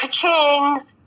ka-ching